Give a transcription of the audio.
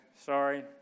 sorry